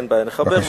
נחבר,